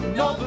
no